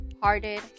hearted